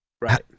right